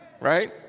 Right